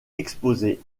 exposées